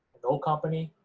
the old company,